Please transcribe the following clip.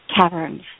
caverns